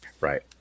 Right